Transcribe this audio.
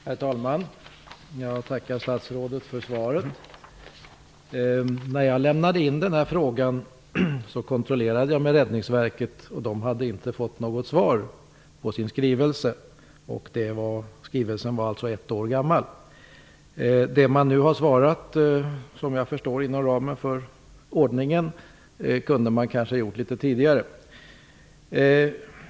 Herr talman! Jag tackar statsrådet för svaret. I samband med att jag ställde den här frågan kon trollerade jag med Räddningsverket. Där hade man inte fått något svar på sin skrivelse, som var ett år gammal. Det svar som nu har kommit -- så vitt jag förstår inom ramen för ordningen -- kunde kanske ha lämnats litet tidigare.